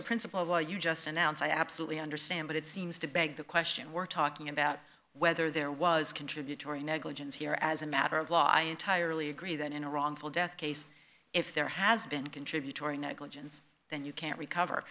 the principle or you just announce i absolutely understand but it seems to beg the question we're talking about whether there was contributory negligence here as a matter of law i entirely agree that in a wrongful death case if there has been contributory negligence then you can't recover